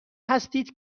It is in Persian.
هستید